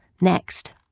next